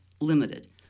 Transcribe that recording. limited